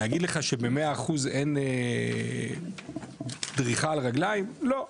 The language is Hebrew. להגיד לך שבמאה אחוז אין דריכה על רגליים, לא,